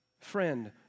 friend